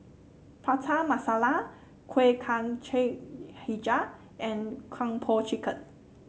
Prata Masala Kuih Kacang hijau and Kung Po Chicken